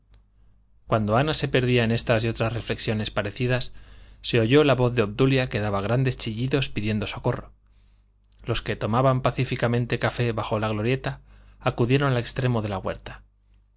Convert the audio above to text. cuando ana se perdía en estas y otras reflexiones parecidas se oyó la voz de obdulia que daba grandes chillidos pidiendo socorro los que tomaban pacíficamente café bajo la glorieta acudieron al extremo de la huerta